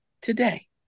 today